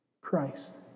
Christ